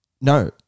no